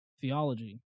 theology